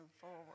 forward